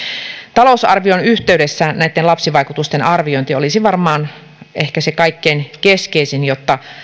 talousarvion yhteydessä näitten lapsivaikutusten arviointi olisi varmaan ehkä se kaikkein keskeisin jotta